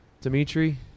Dimitri